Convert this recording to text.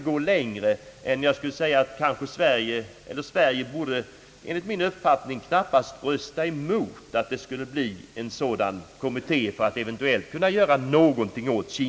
Enligt min mening borde Sverige inte rösta emot förslaget att tillsätta en kommitté.